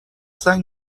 زنگ